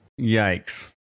yikes